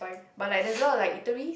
but like there's a lot like eateries